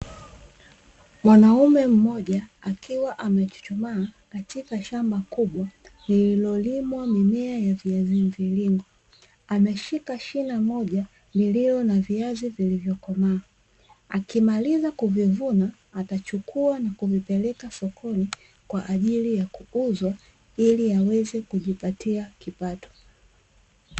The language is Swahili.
Mwanaume mmoja, akiwa amechuchumaa katika shamba kubwa lililolimwa mimea ya viazi mviringo, ameshika shina moja lililo na viazi vilivyokomaa, akimaliza kuvivuna atachukua na kuvipeleka sokoni kwa ajili ya kuuzwa ili aweze kujipatia kipato.